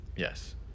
Yes